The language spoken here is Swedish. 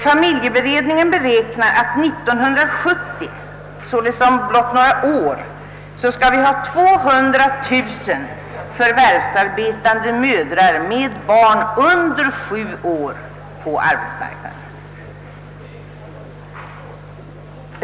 Familjeberedningen räknar med att vi 1970, således om blott några få år, skall ha 200 000 förvärvsarbetande kvinnor med barn under sju år på arbetsmarknaden.